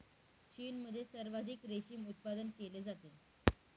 चीनमध्ये सर्वाधिक रेशीम उत्पादन केले जाते